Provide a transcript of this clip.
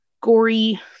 Gory